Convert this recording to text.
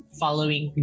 following